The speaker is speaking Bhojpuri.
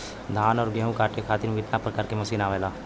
धान और गेहूँ कांटे खातीर कितना प्रकार के मशीन आवेला?